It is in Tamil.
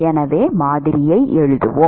எனவே மாதிரியை எழுதுவோம்